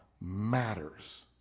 matters